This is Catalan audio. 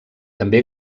també